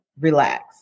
relax